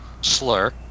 slur